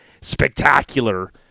spectacular